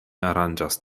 aranĝas